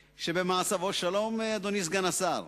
שלום אדוני סגן השר,